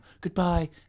Goodbye